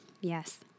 Yes